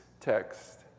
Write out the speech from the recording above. text